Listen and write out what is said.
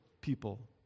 people